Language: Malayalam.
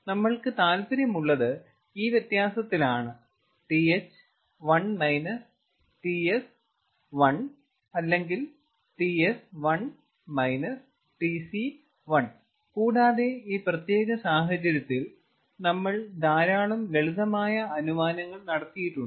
നമ്മൾക്ക് താൽപ്പര്യമുള്ളത് ഈ വ്യത്യാസത്തിൽ ആണ് Th1 Ts1 അല്ലെങ്കിൽ Ts1 Tc1 കൂടാതെ ഈ പ്രത്യേക സാഹചര്യത്തിൽ നമ്മൾ ധാരാളം ലളിതമായ അനുമാനങ്ങൾ നടത്തിയിട്ടുണ്ട്